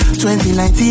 2019